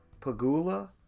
Pagula